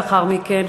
ולאחר מכן,